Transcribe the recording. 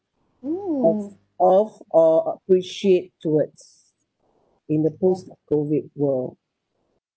of or or appreciate towards in the post COVID world